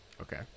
okay